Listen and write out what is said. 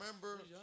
remember